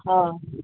हां